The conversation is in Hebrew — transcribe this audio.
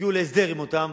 הגיעו להסדר עם אותם